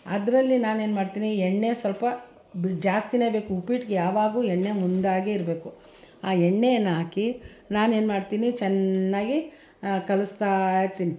ಅದರಲ್ಲಿ ನಾನೇನು ಮಾಡ್ತೀನಿ ಎಣ್ಣೆ ಸ್ವಲ್ಪ ಜಾಸ್ತಿಯೇ ಬೇಕು ಉಪ್ಪಿಟ್ಟಿಗೆ ಯಾವಾಗ್ಲೂ ಎಣ್ಣೆ ಮುಂದಾಗೆ ಇರಬೇಕು ಆ ಎಣ್ಣೆನ ಹಾಕಿ ನಾನೇನು ಮಾಡ್ತೀನಿ ಚೆನ್ನಾಗಿ ಕಲಸ್ತಾಯಿರ್ತೀನಿ